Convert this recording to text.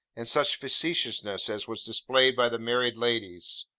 and such facetiousness as was displayed by the married ladies!